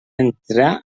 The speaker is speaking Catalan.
entrar